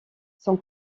son